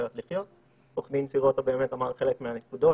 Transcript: מהנקודות,